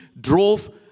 drove